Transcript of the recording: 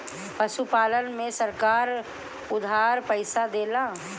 पशुपालन में सरकार उधार पइसा देला?